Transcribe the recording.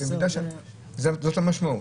זאת המשמעות.